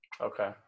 Okay